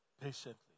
patiently